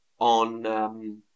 on